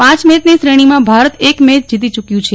પાંચ મેચની શ્રેણીમાં ભારત એક મેચ જીતી ચુક્યું છે